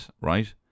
right